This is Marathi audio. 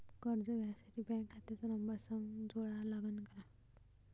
कर्ज घ्यासाठी बँक खात्याचा नंबर संग जोडा लागन का?